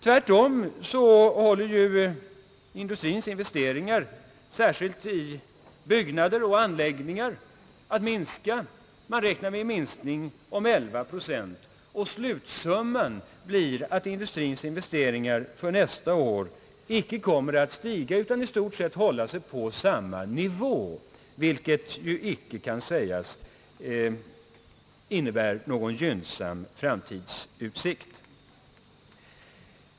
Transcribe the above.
Tvärtom håller industrins investeringar, särskilt i byggnader och anläggningar, på att minska. Man räknar med en minskning om 11 procent, och slutsumman blir att industrins investeringar för nästa år icke kommer att stiga utan i stort sett hålla sig på samma nivå, vilket ju icke kan sägas innebära någon gynnsam framtidsutsikt.